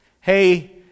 Hey